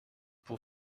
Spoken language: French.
pour